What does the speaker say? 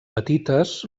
petites